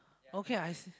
okay ice